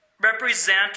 represent